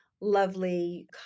lovely